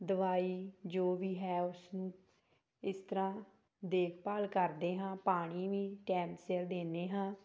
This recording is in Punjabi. ਦਵਾਈ ਜੋ ਵੀ ਹੈ ਉਸਨੂੰ ਇਸ ਤਰ੍ਹਾਂ ਦੇਖਭਾਲ ਕਰਦੇ ਹਾਂ ਪਾਣੀ ਵੀ ਟੈਮ ਸਿਰ ਦਿੰਦੇ ਹਾਂ